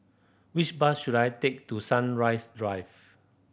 which bus should I take to Sunrise Drive